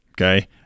Okay